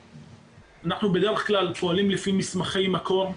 אנחנו בדרך כלל פועלים לפי מסמכי מקור,